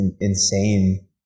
insane